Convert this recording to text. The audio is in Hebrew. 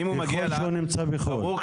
ככל שהוא נמצא בחוץ לארץ.